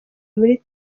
muri